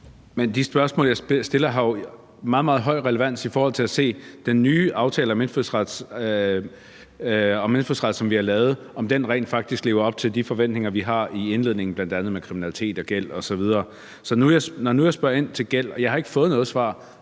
De spørgsmål, jeg stiller, har jo meget, meget høj relevans i forhold til at se, om den nye aftale om indfødsret, som vi har lavet, rent faktisk lever op til de forventninger, vi har i indledningen, bl.a. med kriminalitet og gæld osv. Jeg har ikke fået noget svar